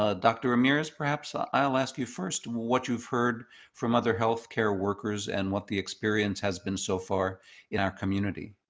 ah dr. ramirez, perhaps ah i'll ask you first what you've heard from other healthcare workers and what the experience has been so far in our community.